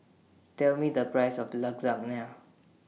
Tell Me The Price of Lasagna